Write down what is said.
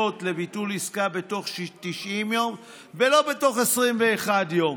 לביטול עסקה בתוך 90 יום ולא בתוך 21 יום.